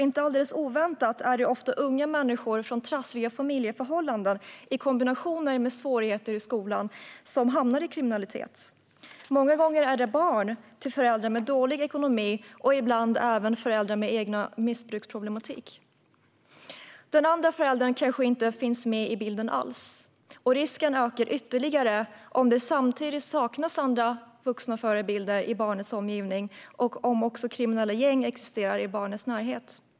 Inte alldeles oväntat är det ofta unga från trassliga familjeförhållanden i kombination med svårigheter i skolan som hamnar i kriminalitet. Många gånger är det barn till föräldrar med dålig ekonomi och ibland även missbruksproblematik. Den ena föräldern kanske inte finns med i bilden alls. Risken ökar ytterligare om det saknas andra vuxna förebilder i barnets omgivning och även om kriminella gäng existerar i barnets närhet.